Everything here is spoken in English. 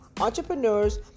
entrepreneurs